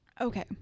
okay